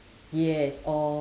yes all